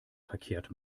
verkehrt